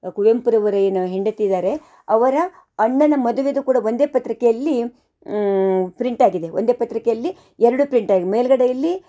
ಕುವೆಂಪುರವರ ಏನು ಹೆಂಡತಿ ಇದ್ದಾರೆ ಅವರ ಅಣ್ಣನ ಮದುವೇದು ಕೂಡ ಒಂದೇ ಪತ್ರಿಕೆಯಲ್ಲಿ ಪ್ರಿಂಟ್ ಆಗಿದೆ ಒಂದೇ ಪತ್ರಿಕೆಯಲ್ಲಿ ಎರಡು ಪ್ರಿಂಟ್ ಆಗಿದೆ ಮೇಲುಗಡೆಯಲ್ಲಿ